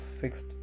fixed